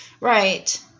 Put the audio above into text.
right